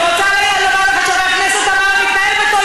(חבר הכנסת באסל גטאס יוצא מאולם המליאה.)